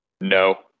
No